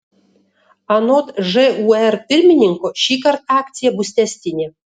anot žūr pirmininko šįkart akcija bus tęstinė